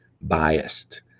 biased